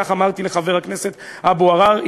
כך אמרתי לחבר הכנסת אבו עראר,